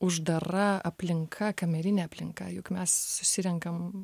uždara aplinka kamerinė aplinka juk mes susirenkam